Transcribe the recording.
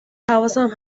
حواسم